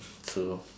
too